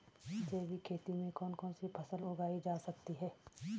जैविक खेती में कौन कौन सी फसल उगाई जा सकती है?